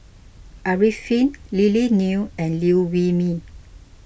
Arifin Lily Neo and Liew Wee Mee